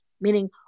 meaning